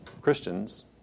Christians